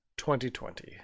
2020